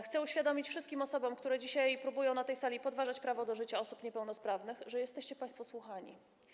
Chcę uświadomić wszystkim osobom, które dzisiaj próbują na tej sali podważać prawo do życia osób niepełnosprawnych, że jesteście państwo słuchani.